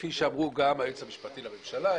כפי שאמר גם היועץ המשפטי לממשלה,